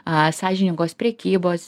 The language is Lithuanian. a sąžiningos prekybos